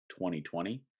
2020